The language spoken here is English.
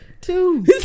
Two